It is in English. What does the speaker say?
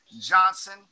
Johnson